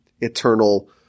eternal